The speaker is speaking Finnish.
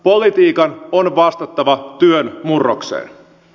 politiikan on vastattava työn murrokseen